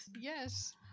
Yes